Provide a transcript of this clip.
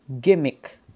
gimmick